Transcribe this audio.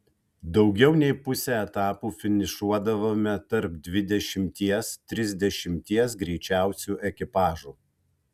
daugiau nei pusę etapų finišuodavome tarp dvidešimties trisdešimties greičiausių ekipažų